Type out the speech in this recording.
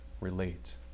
relate